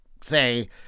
say